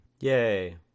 Yay